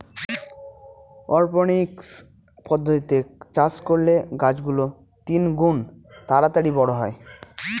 অরপনিক্স পদ্ধতিতে চাষ করলে গাছ গুলো তিনগুন তাড়াতাড়ি বড়ো হয়